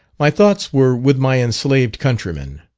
my thoughts were with my enslaved countrymen.